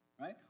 right